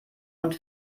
und